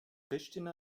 pristina